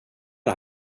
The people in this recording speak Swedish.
det